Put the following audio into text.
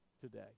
today